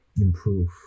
improve